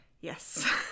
Yes